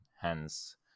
hence